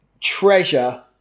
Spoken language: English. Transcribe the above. treasure